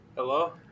Hello